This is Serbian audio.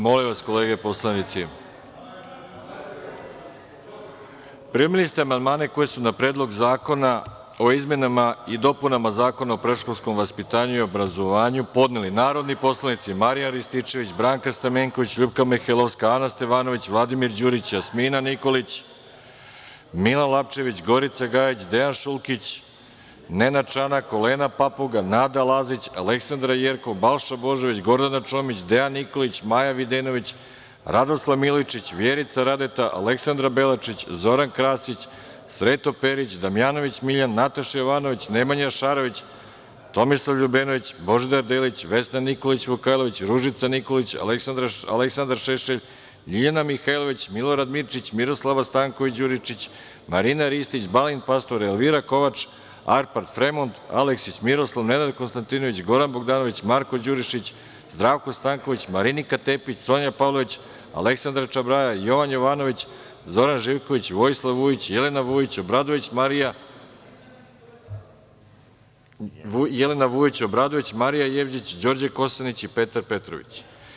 Primili ste amandmane koje su na Predlog zakona o izmenama i dopunama Zakona o predškolskom vaspitanju i obrazovanju podneli narodni poslanici: Marijan Rističević, Branka Stamenković, LJupka Mihajlovska, Ana Stevanović, Vladimir Đurić, Jasmina Nikolić, Milan Lapčević, Gorica Gajić, Dejan Šulkić, Nenad Čanak, Olena Papuga, Nada Lazić, Aleksandra Jerkov, Balša Božović, Gordana Čomić, Dejan Nikolić, Maja Videnović, Radoslav Milojičić, Vjerica Radeta, Aleksandra Belačić, Zoran Krasić, Sreto Perić, Damjanović Miljan, Nataša Jovanović, Nemanja Šarović, Tomislav LJubenović, Božidar Delić, Vesna Nikolić Vukajlović, Ružica Nikolić, Aleksandar Šešelj, LJiljana Mihajlović, Milorad Mirčić, Miroslava Stanković Đuričić, Marina Ristić, Balint Pastor, Elvira Kovač, Arpad Fremond, Aleksić Miroslav, Nenad Konstantinović, Goran Bogdanović, Marko Đurišić, Zdravko Stanković, Marinika Tepić, Sonja Pavlović, Aleksandra Čabraja, Jovan Jovanović, Zoran Živković, Vojislav Vujić, Jelena Vujić Obradović, Marija Jevđić, Đorđe Kosanić i Petar Petrović.